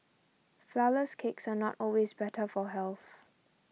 Flourless Cakes are not always better for health